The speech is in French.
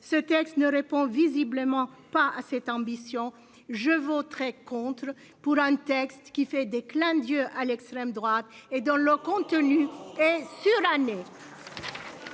ce texte ne répond visiblement pas à cette ambition, je voterai contre pour un texte qui fait des clins d'yeux à l'extrême droite et dans le contenu et sur l'année.